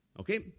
Okay